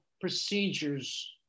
procedures